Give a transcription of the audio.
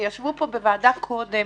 וישבו פה בוועדה קודם,